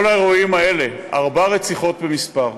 עם כל האירועים האלה, ארבע רציחות במספר,